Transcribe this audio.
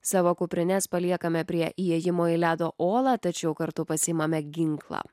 savo kuprines paliekame prie įėjimo į ledo olą tačiau kartu pasiimame ginklą